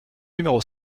numéro